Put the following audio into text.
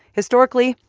historically,